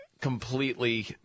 completely